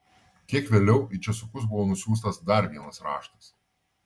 kiek vėliau į česukus buvo nusiųstas dar vienas raštas